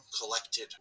collected